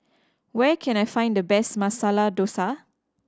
where can I find the best Masala Dosa